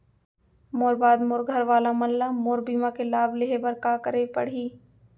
मोर बाद मोर घर वाला मन ला मोर बीमा के लाभ लेहे बर का करे पड़ही?